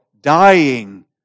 dying